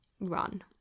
run